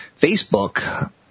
Facebook